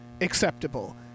acceptable